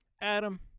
Adam